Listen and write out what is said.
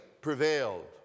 prevailed